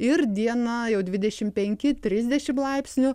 ir dieną jau dvidešim penki trisdešim laipsnių